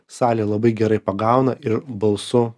salė labai gerai pagauna ir balsu